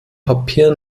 papier